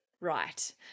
right